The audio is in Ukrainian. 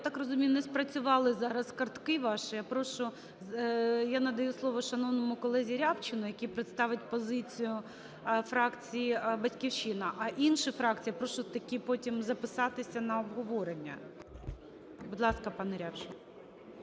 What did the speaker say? я так розумію, не спрацювали зараз картки ваші. Я прошу… я надаю слово шановному колезі Рябчину, який представить позицію фракції "Батьківщина". А інші фракції я прошу такі потім записатися на обговорення. Будь ласка, пане Рябчин.